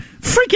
Freaking